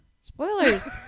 Spoilers